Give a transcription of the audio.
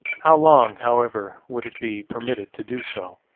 how long, however, would it be permitted to do so?